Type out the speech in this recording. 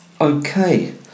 Okay